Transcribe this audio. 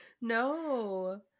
No